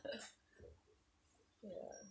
ya